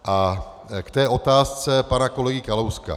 K otázce pana kolegy Kalouska.